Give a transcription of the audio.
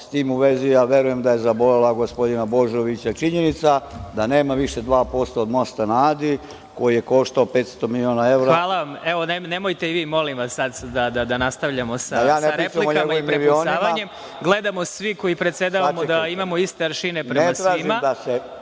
S tim u vezi, ja verujem da je zabolela gospodina Božovića činjenica da nema više 2% od mosta na Adi, koji je koštao 500 miliona evra. **Vladimir Marinković** Hvala vam. Evo, nemojte i vi, molim vas, sada da nastavljamo sa replikama i prepucavanjem. Gledamo svi koji predsedavamo da imamo iste aršine prema svima.